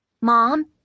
Mom